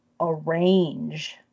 arrange